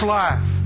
life